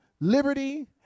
liberty